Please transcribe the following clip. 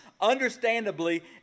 understandably